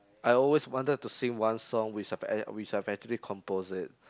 I always wanted to sing one song which I've ac~ which I actually compose it